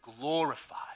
glorified